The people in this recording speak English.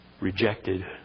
rejected